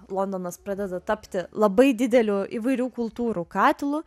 londonas pradeda tapti labai dideliu įvairių kultūrų katilu